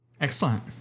Excellent